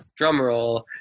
drumroll